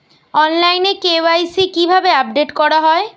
অনলাইনে কে.ওয়াই.সি কিভাবে আপডেট করা হয়?